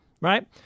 right